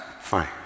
Fine